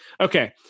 okay